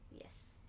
Yes